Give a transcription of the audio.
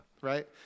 right